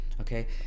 okay